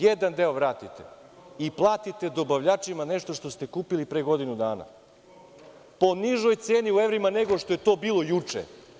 Jedan deo vratite i platite dobavljačima nešto što ste kupili pre godinu dana, po nižoj ceni u evrima nego što je to bilo juče.